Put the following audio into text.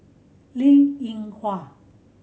Linn In Hua